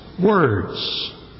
words